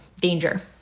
danger